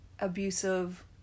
abusive